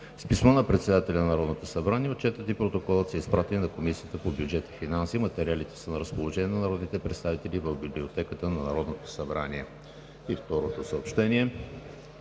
С писмо на председателя на Народното събрание Отчетът и Протоколът са изпратени на Комисията по бюджет и финанси. Материалите са на разположение на народните представители в Библиотеката на Народното събрание.